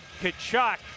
Kachuk